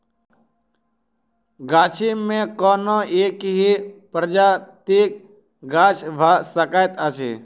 गाछी मे कोनो एकहि प्रजातिक गाछ भ सकैत अछि